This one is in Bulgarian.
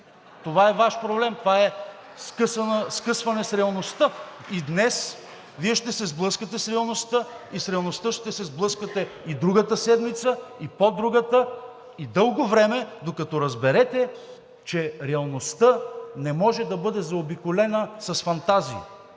Това е Ваш проблем, това е скъсване с реалността. И днес Вие ще се сблъскате с реалността, и с реалността ще се сблъскате и другата седмица, и по-другата, и дълго време, докато разберете, че реалността не може да бъде заобиколена с фантазии.